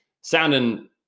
sounding